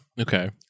Okay